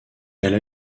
elle